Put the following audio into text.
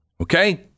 Okay